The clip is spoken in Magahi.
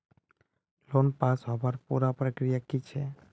लोन पास होबार पुरा प्रक्रिया की छे?